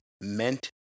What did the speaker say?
meant